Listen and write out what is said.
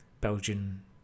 Belgian